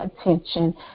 attention